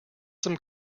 some